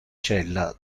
cella